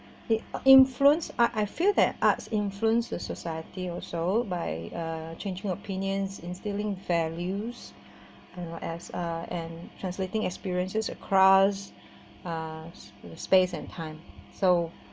the influence I I feel that arts influence to society also by uh changing opinions instilling values um as uh and translating experiences across uh with space and time so